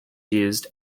used